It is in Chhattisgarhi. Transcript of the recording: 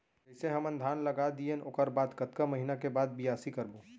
जइसे हमन धान लगा दिएन ओकर बाद कतका महिना के बाद बियासी करबो?